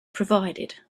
provided